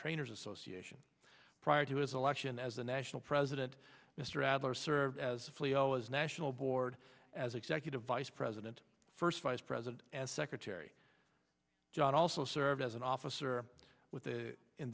trainers association prior to his election as the national president mr adler served as if leo as national board as executive vice president first vice president as secretary john also served as an officer with the in